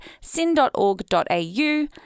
sin.org.au